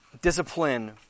Discipline